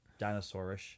dinosaurish